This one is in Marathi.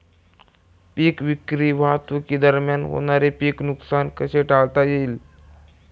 पीक विक्री वाहतुकीदरम्यान होणारे पीक नुकसान कसे टाळता येईल?